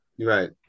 right